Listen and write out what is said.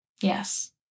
Yes